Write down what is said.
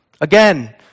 Again